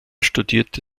studierte